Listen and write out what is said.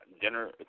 dinner